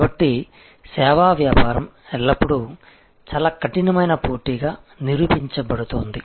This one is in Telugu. కాబట్టి సేవా వ్యాపారం ఎల్లప్పుడూ చాలా కఠినమైన పోటీగా నిరూపించబడుతోంది